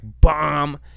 bomb